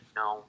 no